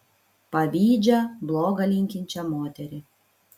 pavydžią bloga linkinčią moterį